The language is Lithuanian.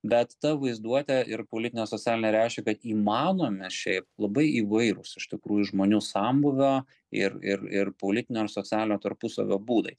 bet ta vaizduotė ir politinė socialinė reiškė kad įmanomi šiaip labai įvairūs iš tikrųjų žmonių sambūvio ir ir ir politinio ir socialinio tarpusavio būdai